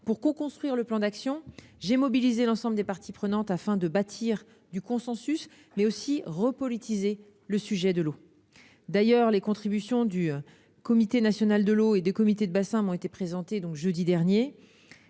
Pour coconstruire le plan d'action, j'ai mobilisé l'ensemble des parties prenantes afin de bâtir du consensus, mais aussi de repolitiser le sujet de l'eau. Les contributions du Comité national de l'eau et des comités de bassin ont été présentées jeudi dernier.